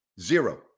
Zero